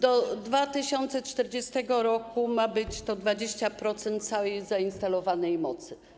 Do 2040 r. ma być to 20% całej zainstalowanej mocy.